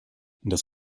das